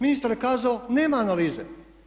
Ministar je kazao nema analize.